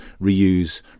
reuse